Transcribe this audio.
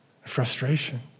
frustration